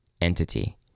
entity